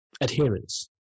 Adherence